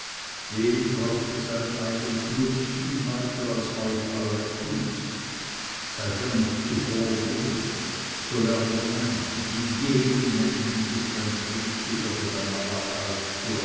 den brachte sein eigennutz viel weiter als euch eure kunst seid ihr nicht zu vornehm so lernet eines in jedem menschen ist ein trieb zu irgendeiner arbeit